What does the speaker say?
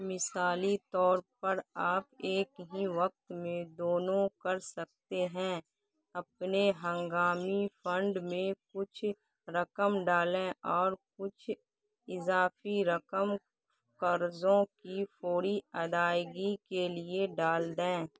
مثالی طور پر آپ ایک ہی وقت میں دونوں کر سکتے ہیں اپنے ہنگامی فنڈ میں کچھ رقم ڈالیں اور کچھ اضافی رقم قرضوں کی فوری ادائیگی کے لیے ڈال دیں